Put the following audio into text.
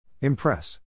Impress